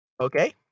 Okay